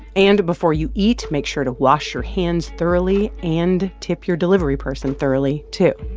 and before you eat, make sure to wash your hands thoroughly and tip your delivery person thoroughly, too.